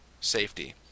safety